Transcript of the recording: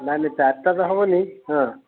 ନାଇ ନାଇ ଚାରିଟା ତ ହେବନି ହଁ